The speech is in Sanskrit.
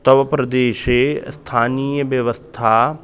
तव प्रदेशे स्थानीयव्यवस्था